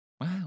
Wow